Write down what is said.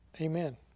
amen